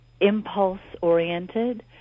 impulse-oriented